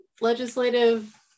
legislative